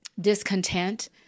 discontent